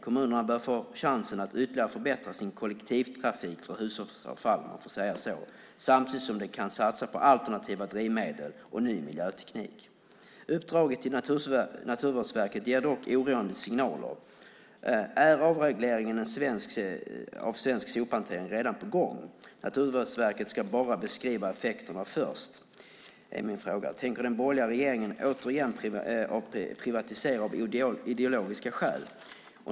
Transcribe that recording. Kommunerna bör få chansen att ytterligare förbättra sin kollektivtrafik för hushållsavfall, om man får säga så, samtidigt som de kan satsa på alternativa drivmedel och ny miljöteknik. Uppdraget till Naturvårdsverket ger dock oroande signaler. Är avregleringen av svensk sophantering redan på gång? Naturvårdsverket ska bara beskriva effekterna först. Min fråga är: Tänker den borgerliga regeringen återigen privatisera av ideologiska skäl?